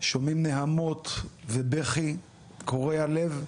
שומעים נהמות ובכי קורע לב,